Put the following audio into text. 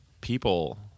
people